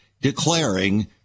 declaring